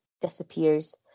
disappears